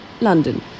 London